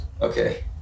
okay